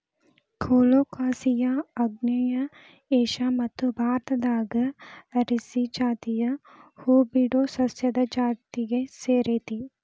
colocasia ಆಗ್ನೇಯ Asia ಮತ್ತು ಭಾರತದಾಗ ಅರೇಸಿ ಜಾತಿಯ ಹೂಬಿಡೊ ಸಸ್ಯದ ಜಾತಿಗೆ ಸೇರೇತಿ